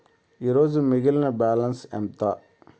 ఈరోజు మిగిలిన బ్యాలెన్స్ ఎంత?